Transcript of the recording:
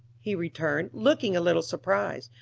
he returned, looking a little surprised.